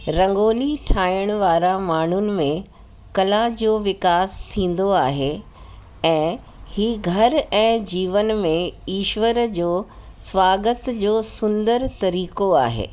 रंगोली ठाहिणु वारा माण्हुनि में कला जो विकास थींदो आहे ऐं ही घर ऐं जीवन में ईश्वर जो स्वागत जो सुंदरु तरीक़ो आहे